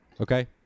Okay